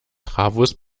trafos